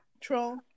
Troll